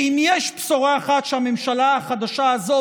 ואם יש בשורה אחת שהממשלה החדשה הזאת,